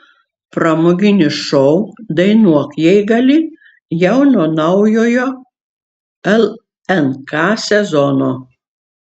pramoginis šou dainuok jei gali jau nuo naujojo lnk sezono